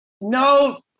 no